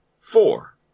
four